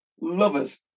lovers